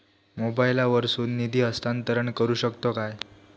मोबाईला वर्सून निधी हस्तांतरण करू शकतो काय?